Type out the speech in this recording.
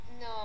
No